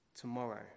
tomorrow